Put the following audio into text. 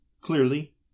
clearly